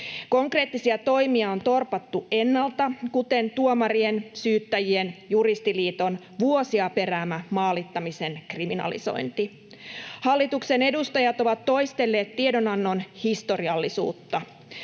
Konkreettisia toimia on torpattu ennalta, esimerkiksi tuomarien, syyttäjien ja Juristiliiton vuosia peräämä maalittamisen kriminalisointi. Hallituksen edustajat ovat toistelleet tiedonannon historiallisuutta.